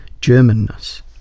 germanness